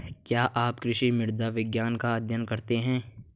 क्या आप कृषि मृदा विज्ञान का अध्ययन करते हैं?